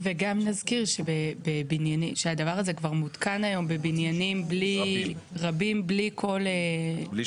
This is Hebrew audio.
וגם נזכיר שהדבר הזה כבר מותקן היום בבניינים רבים בלי בדיקה,